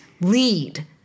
Lead